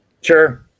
Sure